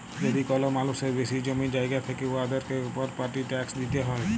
যদি কল মালুসের বেশি জমি জায়গা থ্যাকে উয়াদেরকে পরপার্টি ট্যাকস দিতে হ্যয়